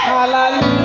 Hallelujah